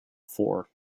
four